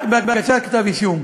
רק בהגשת כתב אישום.